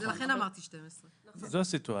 ולכן אמרתי 12. זו הסיטואציה.